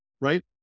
right